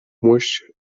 мощь